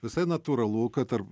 visai natūralu kad tarp